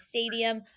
Stadium